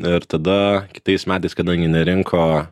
ir tada kitais metais kadangi nerinko